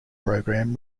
program